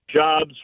jobs